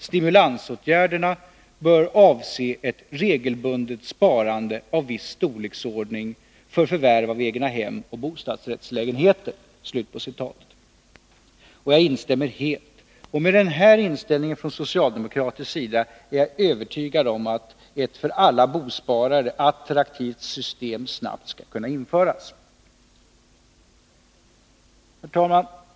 Stimulansåtgärderna bör avse ett regelbundet sparande av viss storleksordning för förvärv av egna hem och bostadsrättslägenheter.” Jag instämmer helt. Med den här inställningen på socialdemokratiskt håll är jag övertygad om att ett för alla bosparare attraktivt system snabbt skall kunna införas. Herr talman!